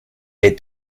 est